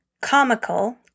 comical